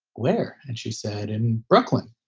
where? and she said in brooklyn.